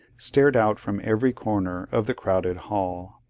stared out from every corner of the crowded hall.